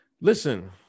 Listen